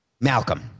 Malcolm